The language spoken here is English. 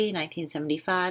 1975